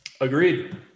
Agreed